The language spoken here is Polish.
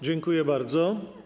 Dziękuję bardzo.